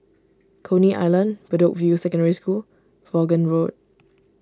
Coney Island Bedok View Secondary School Vaughan Road